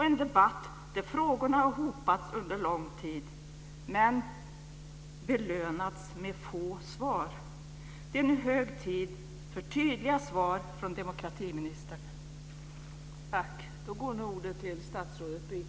En debatt där frågorna har hopats under lång tid, men belönats med få svar. Det är nu hög tid för tydliga svar från demokratiministern.